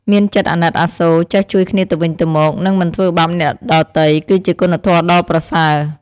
មានចិត្តអាណិតអាសូរ ចេះជួយគ្នាទៅវិញទៅមក និងមិនធ្វើបាបអ្នកដទៃ គឺជាគុណធម៌ដ៏ប្រសើរ។